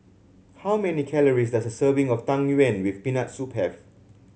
how many calories does a serving of Tang Yuen with Peanut Soup have